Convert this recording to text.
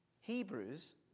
Hebrews